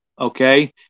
okay